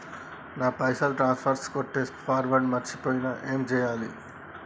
నా పైసల్ ట్రాన్స్ఫర్ కొట్టే పాస్వర్డ్ మర్చిపోయిన ఏం చేయాలి?